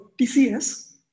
TCS